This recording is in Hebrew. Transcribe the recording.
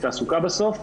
תעסוקה בסוף.